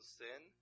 sin